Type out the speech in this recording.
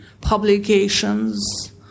publications